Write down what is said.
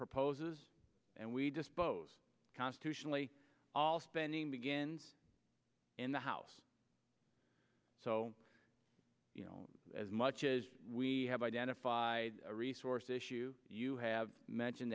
proposes and we dispose constitutionally all spending begins in the house so you know as much as we have identified a resource issue you have mentioned